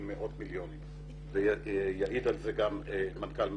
מאות מיליוני שקלים ויעיד על כך גם מנכ"ל מקורות.